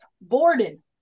Borden